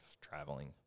traveling